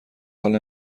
حاال